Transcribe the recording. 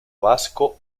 vasco